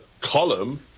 column